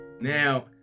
Now